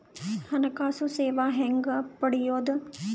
ಹಣಕಾಸು ಸೇವಾ ಹೆಂಗ ಪಡಿಯೊದ?